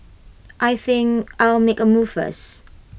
I think I'll make A move first